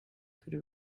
could